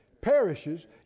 perishes